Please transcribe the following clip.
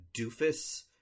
doofus